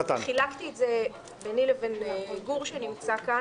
חילקתי את זה ביני ובין גור בליי שנמצא כאן.